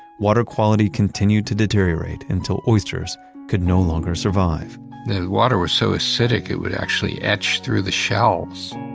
water quality continued to deteriorate until oysters could no longer survive the water was so acidic, it would actually etch through the shells